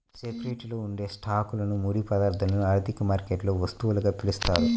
సెక్యూరిటీలలో ఉండే స్టాక్లు, ముడి పదార్థాలను ఆర్థిక మార్కెట్లలో వస్తువులుగా పిలుస్తారు